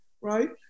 right